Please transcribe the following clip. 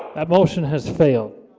that motion has failed